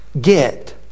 get